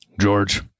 George